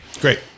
Great